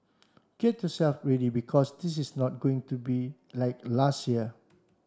get yourself ready because this is not going to be like last year